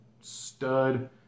stud